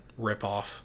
ripoff